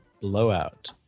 Blowout